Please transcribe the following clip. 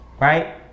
Right